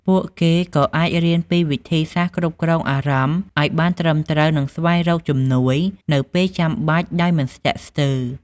ពួកគេក៏អាចរៀនពីវិធីសាស្ត្រគ្រប់គ្រងអារម្មណ៍ឱ្យបានត្រឹមត្រូវនិងស្វែងរកជំនួយនៅពេលចាំបាច់ដោយមិនស្ទាក់ស្ទើរ។